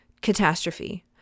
catastrophe